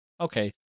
Okay